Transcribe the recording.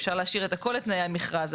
אפשר להשאיר את הכול לתנאי המכרז.